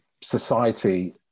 society